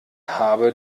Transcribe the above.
habe